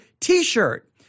t-shirt